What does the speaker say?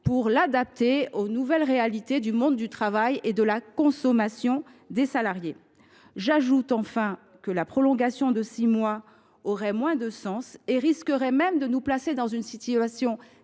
ce dernier aux nouvelles réalités du monde du travail et de consommation des salariés. J’ajoute que la prolongation de six mois aurait moins de sens. Elle risquerait de nous placer dans une posture